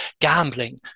gambling